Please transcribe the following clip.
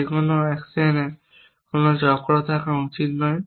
যে অ্যাকশনে কোনও চক্র থাকা উচিত নয়